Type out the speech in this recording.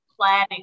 planning